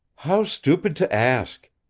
how stupid to ask!